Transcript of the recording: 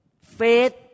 Faith